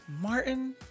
Martin